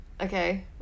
Okay